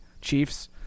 Chiefs